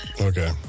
okay